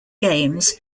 games